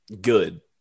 good